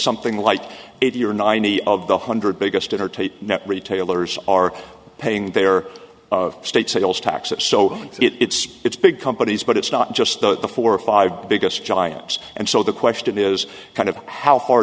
something like eighty or ninety of the hundred biggest in our tape net retailers are paying their state sales taxes so it's it's big companies but it's not just the four or five biggest giants and so the question is kind of how far